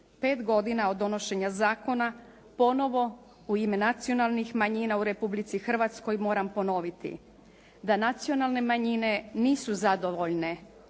5 godina od donošenja zakona ponovo u ime nacionalnih manjina u Republici Hrvatskoj moram ponoviti da nacionalne manjine nisu zadovoljne.